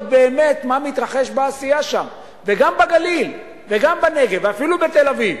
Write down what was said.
באמת מה מתרחש בעשייה שם וגם בגליל וגם בנגב ואפילו בתל-אביב,